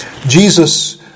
Jesus